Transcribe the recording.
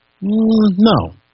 No